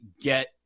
get